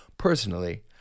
Personally